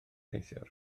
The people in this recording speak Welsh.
neithiwr